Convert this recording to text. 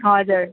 हजुर